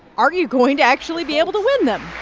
are you going to actually be able to win them?